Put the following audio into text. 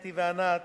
אתי וענת,